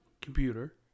computer